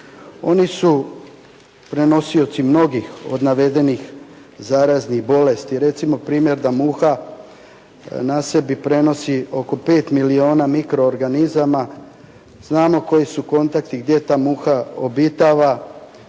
Oni su prenosioci mnogih od navedenih zaraznih bolesti. Recimo primjer da muha na sebi prenosi oko 5 milijuna mikro organizama. Znamo koji su kontakti, gdje ta muha obitava